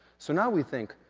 so now we think,